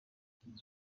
ngo